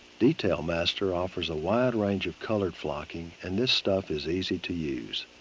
detail master offers a wide range of color flocking and this stuff is easy to use.